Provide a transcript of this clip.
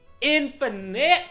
Infinite